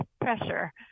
pressure